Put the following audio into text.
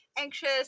anxious